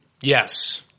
Yes